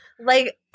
Like-